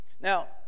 Now